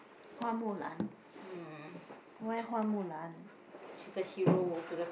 Hua-Mu-Lan why Hua-Mu-Lan